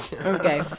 Okay